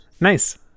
Nice